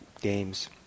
games